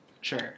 Sure